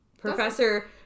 Professor